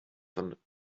von